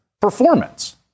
performance